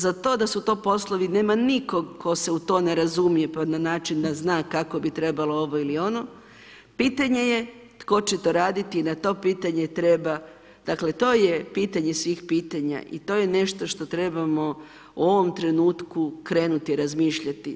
Za to da su to poslovi, nema nikog tko se u to ne razumije pa na način da zna kako bi trebalo ovo ili ono, pitanje je tko će to raditi i na to pitanje treba, dakle to je pitanje svih pitanja i to je nešto što trebamo u ovom trenutku krenuti razmišljati.